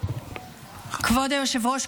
כבוד היושב-ראש,